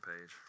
page